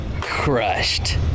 Crushed